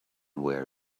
where